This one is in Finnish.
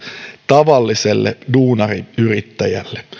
tavalliselle duunariyrittäjälle